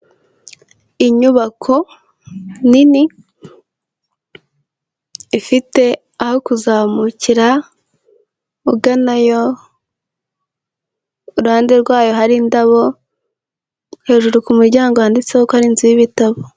Inyubako nini, ifite aho kuzamukira uganayo. Ku ruhande rwayo hari indabo, hejuru ku muryango handitseho ko ari inzu y'ibitabo.